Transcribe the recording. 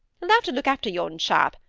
you'll have to look after yon chap,